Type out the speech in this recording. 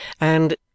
and